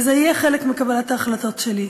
וזה יהיה חלק מקבלת ההחלטות שלי.